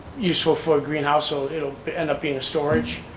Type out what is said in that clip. useful for greenhouse so it'll end up being storage.